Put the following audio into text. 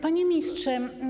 Panie Ministrze!